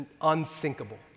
unthinkable